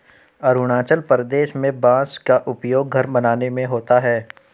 अरुणाचल प्रदेश में बांस का उपयोग घर बनाने में होता है